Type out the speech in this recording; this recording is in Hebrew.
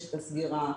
מתבקשת הסגירה,